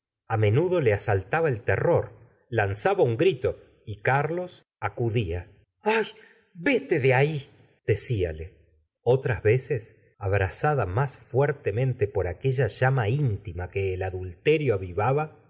a menudo le asaltaba el terror lanzaba un grito y carlos acudía ah vete de ahil decfale otras veces abrasada más fuertemente por aquella llama intima que el adulterio avivaba